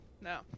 No